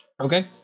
Okay